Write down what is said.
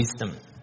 wisdom